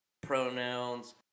Pronouns